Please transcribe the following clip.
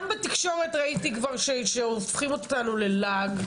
גם בתקשורת ראיתי כבר שהופכים אותנו ללעג,